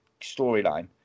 storyline